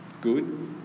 good